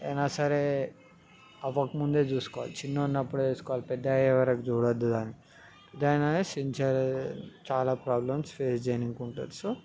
అయినా సరే అవ్వకముందే చూసుకోవాలి చిన్నగా ఉన్నప్పుడే చూసుకోవాలి పెద్దవయ్యే వరకు చూడవద్దు దాన్ని సిన్సియర్ చాలా ప్రాబ్లమ్స్ ఫేస్ చేయడానికి ఉంటుంది సో